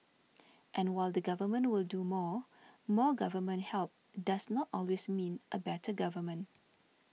and while the Government will do more more government help does not always mean a better government